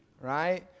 right